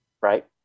Right